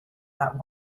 that